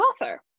author